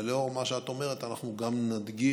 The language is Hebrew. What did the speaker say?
אבל לאור מה שאת אומרת, אנחנו גם נדגיש,